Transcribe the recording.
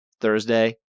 Thursday